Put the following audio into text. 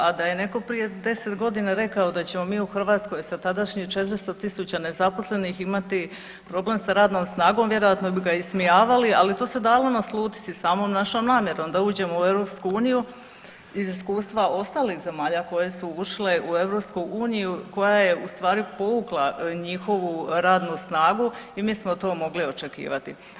A da je netko prije 10 godina rekao da ćemo mi u Hrvatskoj sa tadašnjih 400.000 nezaposlenih imati problem sa radnom snagom vjerojatno bi ga ismijavali, ali to se dalo naslutiti samom našom namjerom da uđemo u EU iz iskustva ostalih zemalja koje su ušle u EU koja u stvari povukla njihovu radnu snagu i mi smo to mogli očekivati.